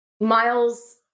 Miles